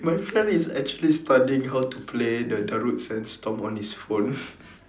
my friend is actually studying how to play the darude sandstorm on his phone